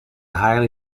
highly